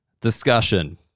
discussion